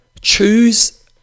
choose